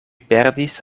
perdis